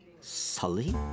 Sully